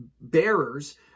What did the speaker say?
bearers